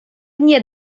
nie